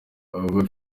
avuga